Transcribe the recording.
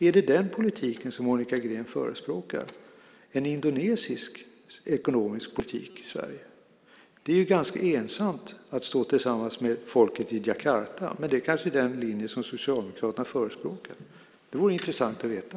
Är det den politiken som Monica Green förespråkar, en indonesisk ekonomisk politik i Sverige? Det är ganska ensamt att stå tillsammans med folket i Djakarta, men det kanske är den linje som Socialdemokraterna förespråkar. Det vore intressant att veta.